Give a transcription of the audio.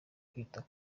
kwita